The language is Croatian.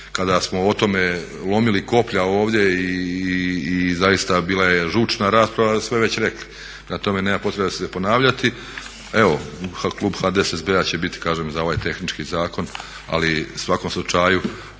kada smo o tome lomili koplja ovdje i zaista bila je žučna rasprava, sve već rekli, prema tome nema potrebe ponavljati. Klub HDSSB-a će biti za ovaj tehnički zakon, ali u svakom slučaju